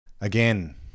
Again